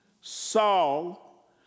Saul